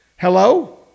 Hello